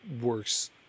works